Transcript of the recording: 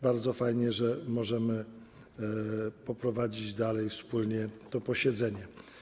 Bardzo fajnie, że możemy poprowadzić dalej wspólnie to posiedzenie.